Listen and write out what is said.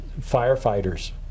firefighters